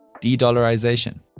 De-dollarization